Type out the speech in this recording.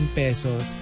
pesos